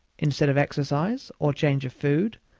instead of exercise or change of food,